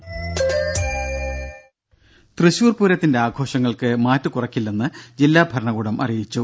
ദേദ തൃശൂർ പൂരത്തിന്റെ ആഘോഷങ്ങൾക്ക് മാറ്റു കുറയ്ക്കില്ലെന്ന് ജില്ലാ ഭരണകൂടം അറിയിച്ചു